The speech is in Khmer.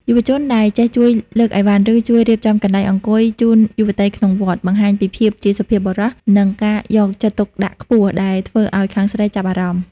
យុវជនដែលចេះជួយលើកអីវ៉ាន់ ឬជួយរៀបចំកន្លែងអង្គុយជូនយុវតីក្នុងវត្ត បង្ហាញពីភាពជាសុភាពបុរស និងការយកចិត្តទុកដាក់ខ្ពស់ដែលធ្វើឱ្យខាងស្រីចាប់អារម្មណ៍។